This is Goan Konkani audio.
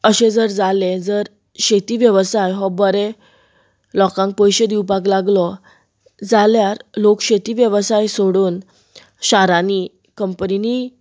अशे जर जाले जर शेती वेवसाय हो बरे लोकांक पयशे दिवपाक लागलो जाल्यार लोक शेती वेवसाय सोडून शारांनी कंपनींनी